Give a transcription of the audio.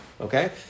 Okay